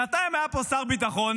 שנתיים היה פה שר ביטחון